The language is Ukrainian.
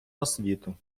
освіту